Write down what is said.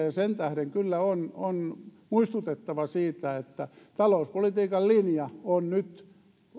ja sen tähden kyllä on on muistutettava siitä että talouspolitiikan linjan on nyt